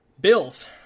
Bills